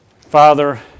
Father